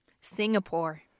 Singapore